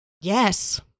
Yes